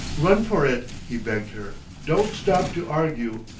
run for it! he begged her. don't stop to argue.